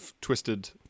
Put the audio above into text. twisted